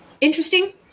interesting